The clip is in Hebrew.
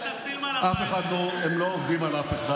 הם לא עובדים על אף אחד.